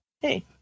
Hey